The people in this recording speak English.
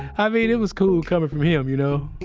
i mean, it was cool coming from yeah him. you know?